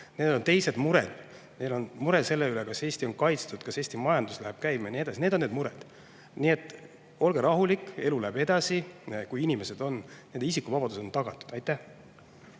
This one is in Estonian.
nendel on teised mured. Neil on mure selle üle, kas Eesti on kaitstud, kas Eesti majandus läheb käima ja nii edasi – need on need mured. Nii et olge rahulik, elu läheb edasi, kui inimestel on nende isikuvabadused tagatud. Aitäh,